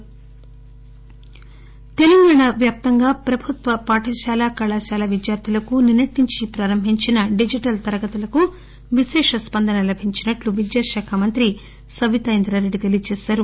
digital reaction Telangana వ్యాప్తంగా ప్రభుత్వ పాఠశాల కళాశాల విద్యార్థులకు నిన్నటి నుంచి ప్రారంభించిన డిజిటల్ తరగతులకు విశేష స్పందన లభించినట్టు విద్యాశాఖ మంత్రి సబితా ఇంద్రారెడ్డి తెలిపారు